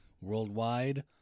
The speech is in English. worldwide